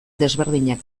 desberdinak